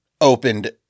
opened